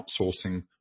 outsourcing